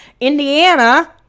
Indiana